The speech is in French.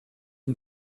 une